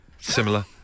similar